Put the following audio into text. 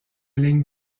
ligne